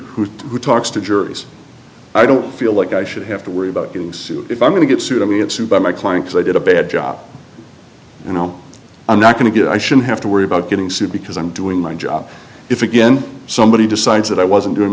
attorney who talks to juries i don't feel like i should have to worry about getting sued if i'm going to get sued i mean it sued by my client so i did a bad job you know i'm not going to get i shouldn't have to worry about getting sued because i'm doing my job if again somebody decides that i wasn't doing